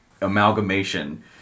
amalgamation